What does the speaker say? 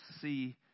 see